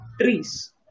trees